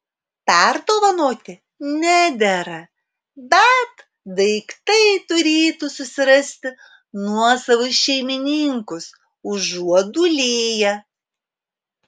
perdovanoti nedera bet daiktai turėtų susirasti nuosavus šeimininkus užuot dūlėję